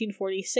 1946